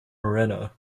moreno